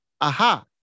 Aha